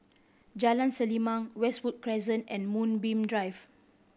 Jalan Selimang Westwood Crescent and Moonbeam Drive